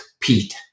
Pete